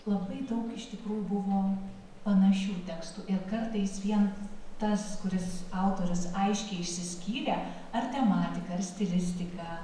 labai daug iš tikrųjų buvo panašių tekstų ir kartais vien tas kuris autorius aiškiai išsiskyrė ar tematika ar stilistika